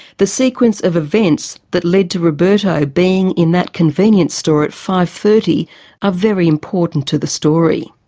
the sequence of events that led to roberto being in that convenience store at five. thirty are very important to the story.